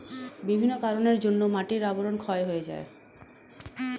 বিভিন্ন কারণের জন্যে মাটির আবরণ ক্ষয় হয়ে যায়